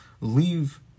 leave